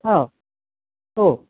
हो हो